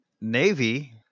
Navy